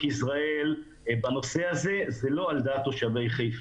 יזרעאל בנושא הזה וזה לא על דעת תושבי חיפה.